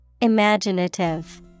Imaginative